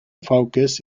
focus